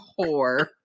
whore